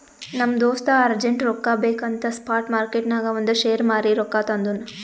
ನಮ್ ದೋಸ್ತ ಅರ್ಜೆಂಟ್ ರೊಕ್ಕಾ ಬೇಕ್ ಅಂತ್ ಸ್ಪಾಟ್ ಮಾರ್ಕೆಟ್ನಾಗ್ ಅವಂದ್ ಶೇರ್ ಮಾರೀ ರೊಕ್ಕಾ ತಂದುನ್